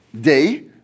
day